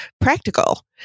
practical